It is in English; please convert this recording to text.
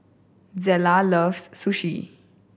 Zela loves Sushi